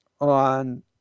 on